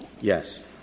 Yes